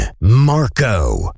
Marco